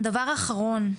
דבר אחרון,